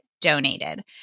donated